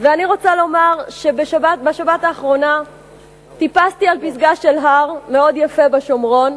ואני רוצה לומר שבשבת האחרונה טיפסתי על פסגה של הר מאוד יפה בשומרון,